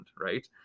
Right